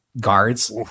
guards